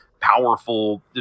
powerful